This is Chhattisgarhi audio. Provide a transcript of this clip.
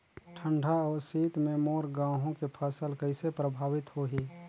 ठंडा अउ शीत मे मोर गहूं के फसल कइसे प्रभावित होही?